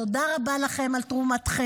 תודה רבה לכם על תרומתכם,